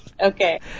Okay